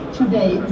today